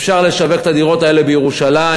אפשר לשווק את הדירות האלה בירושלים.